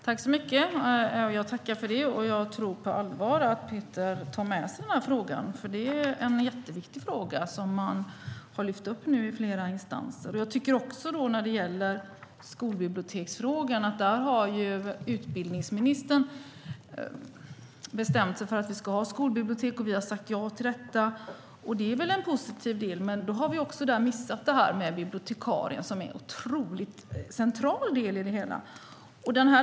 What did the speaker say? Herr talman! Jag tackar för det och tror på allvar att Peter tar med sig frågan, för det är en jätteviktig fråga som flera instanser har lyft upp. När det gäller skolbibliotek har utbildningsministern bestämt sig för att vi ska ha skolbibliotek, och vi har sagt ja till det. Det är väl en positiv del. Men då har vi också missat detta med bibliotekarier, som är en otroligt central del i det hela.